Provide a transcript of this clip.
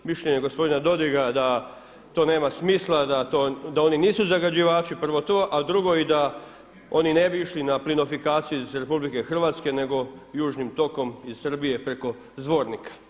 Mišljenje je gospodina Dodiga da to nema smisla, da oni nisu zagađivači, prvo to a drugi i da oni ne bi išli na plinifikaciju iz RH nego južnim tokom iz Srbije preko Zvornika.